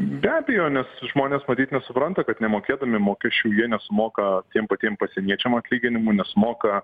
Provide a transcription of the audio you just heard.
be abejo nes žmonės matyt nesupranta kad nemokėdami mokesčių jie nesumoka tiem patiem pasieniečiam atlyginimų nesumoka